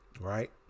Right